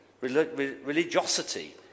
religiosity